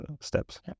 steps